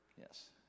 yes